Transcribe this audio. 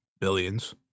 billions